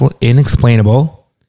inexplainable